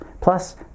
Plus